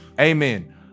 Amen